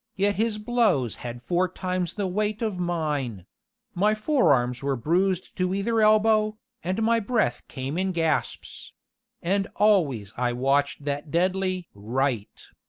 yet his blows had four times the weight of mine my forearms were bruised to either elbow, and my breath came in gasps and always i watched that deadly right.